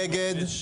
0 נגד,